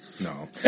No